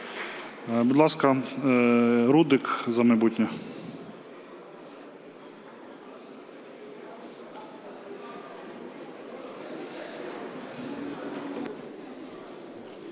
Будь ласка, Рудик, "За майбутнє".